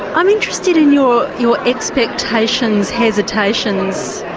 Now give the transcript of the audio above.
i'm interested in your your expectations, hesitations,